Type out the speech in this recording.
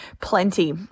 plenty